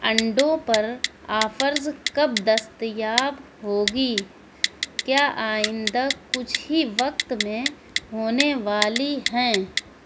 انڈوں پر آفرز کب دستیاب ہوگی کیا آئندہ کچھ ہی وقت میں ہونے والی ہیں